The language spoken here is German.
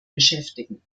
beschäftigen